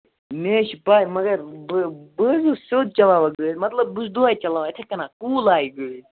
مےٚ حظ چھِ پَے مَگر بہٕ بہٕ حظ چھُس سیٚود چَلاوان گٲڑۍ مطلب بہٕ چھُس دۄہَے چَلاوان یِتھَے کَنٮ۪تھ کوٗل آیہِ گٲڑۍ